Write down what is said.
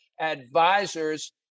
Advisors